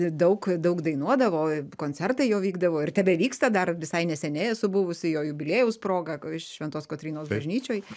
daug daug dainuodavo koncertai jo vykdavo ir tebevyksta dar visai neseniai esu buvusi jo jubiliejaus proga šventos kotrynos bažnyčioj